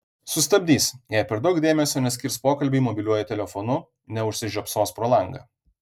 sustabdys jei per daug dėmesio neskirs pokalbiui mobiliuoju telefonu neužsižiopsos pro langą